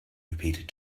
repeated